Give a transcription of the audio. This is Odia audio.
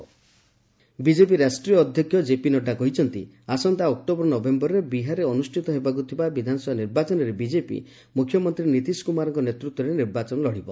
ନଡ୍ରା ନୀତିଶ କୁମାର ବିକେପି ରାଷ୍ଟ୍ରୀୟ ଅଧ୍ୟକ୍ଷ ଜେପି ନଡ୍ରା କହିଛନ୍ତି ଆସନ୍ତା ଅକ୍ଟୋବର ନଭେୟରରେ ବିହାରରେ ଅନୁଷ୍ଠିତ ହେବାକୁ ଥିବା ବିଧାନସଭା ନିର୍ବାଚନରେ ବିକେପି ମୁଖ୍ୟମନ୍ତ୍ରୀ ନୀତିଶ କୁମାର ନେତୃତ୍ୱରେ ନିର୍ବାଚନ ଲଢ଼ିବ